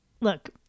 look